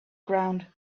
ground